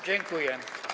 Dziękuję.